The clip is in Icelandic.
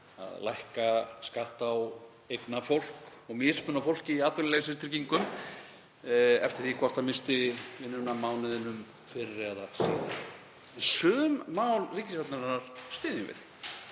að lækka skatta á eignafólk og mismuna fólki í atvinnuleysistryggingum eftir því hvort það missti vinnuna mánuðinum fyrr eða síðar. Sum mál ríkisstjórnarinnar styðjum við,